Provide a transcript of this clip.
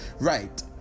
right